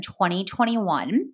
2021